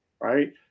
right